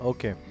Okay